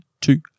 two